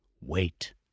wait